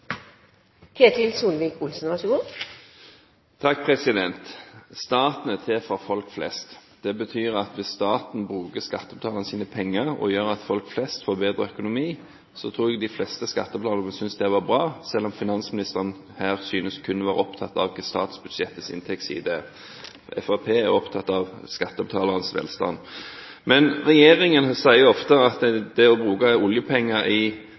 til for folk flest. Hvis staten bruker skattebetalernes penger og gjør at folk flest får bedre økonomi, tror jeg de fleste skattebetalerne ville synes at det er bra – selv om finansministeren her synes kun å være opptatt av statsbudsjettets inntektsside. Fremskrittspartiet er opptatt av skattebetalernes velstand. Regjeringen sier ofte at det å bruke oljepenger og investere i